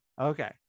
okay